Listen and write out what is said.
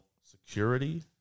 security